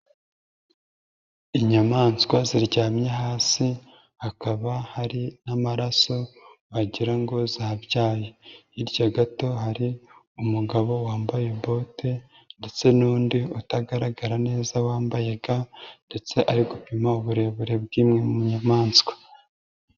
Inyamaswa ziryamye hasi ,hakaba hari n'amaraso wagirango zabyaye. Hirya gato hari umugabo wambaye bote, ndetse n'undi utagaragara neza wambaye ga. Ndetse ari gupima uburebure bw'imwe mu nyamaswa.